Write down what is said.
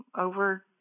over